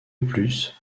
plus